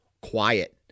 quiet